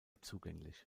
zugänglich